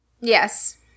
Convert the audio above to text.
Yes